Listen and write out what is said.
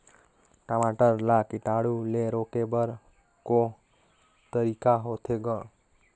टमाटर ला कीटाणु ले रोके बर को तरीका होथे ग?